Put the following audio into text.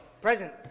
Present